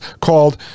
called